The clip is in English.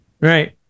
right